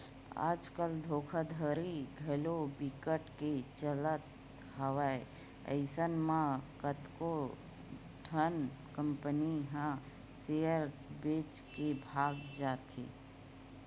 आज कल धोखाघड़ी घलो बिकट के चलत हवय अइसन म कतको ठन कंपनी ह सेयर बेच के भगा जाथे